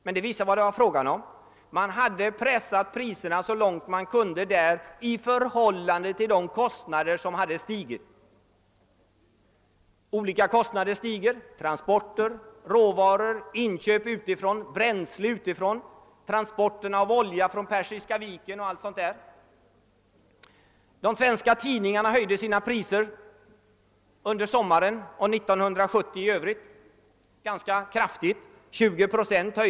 Men detta visar vad det är fråga om. Man har pressat priserna så långt man kan i förhållande till de stegrade kostnaderna. Olika kostnader stiger: transporter, råvaror, inköp utifrån, bränsle utifrån, transport av olja från Persiska viken och allt sådant. Många svenska tidningar höjde sina priser i somras och under 1970 i övrigt ganska kraftigt, nämligen med 20 procent.